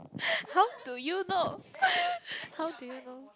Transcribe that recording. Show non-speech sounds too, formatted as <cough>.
<breath> how do you know <noise> how do you know